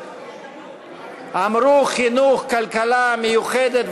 היושב-ראש, אמרו: חינוך, כלכלה, מיוחדת.